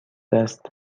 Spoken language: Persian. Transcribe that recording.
دست